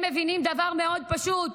הם מבינים דבר מאוד פשוט,